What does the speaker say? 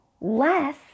less